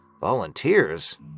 Volunteers